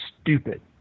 stupid